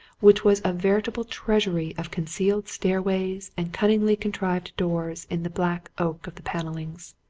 which was a veritable treasury of concealed stairways and cunningly contrived doors in the black oak of the panellings.